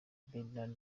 bernard